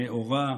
נאורה".